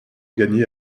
gagné